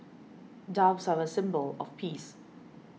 doves are a symbol of peace